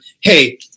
hey